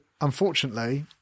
unfortunately